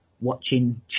watching